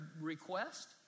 request